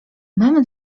mam